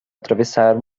atravessar